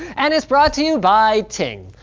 and it's brought to you by ting.